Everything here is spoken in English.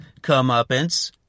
comeuppance